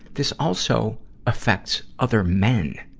this also affects other men,